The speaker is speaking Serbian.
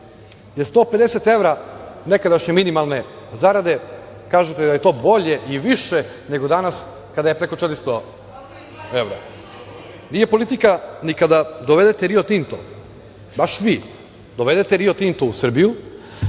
je 150 evra nekadašnje minimalne zarade, kažete da je to bolje i više nego danas, kada je preko 400 evra. Nije politika ni kada dovedete ni Rio Tinto, baš vi, dovedete Rio Tinto u Srbiju,